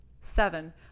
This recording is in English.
Seven